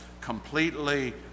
completely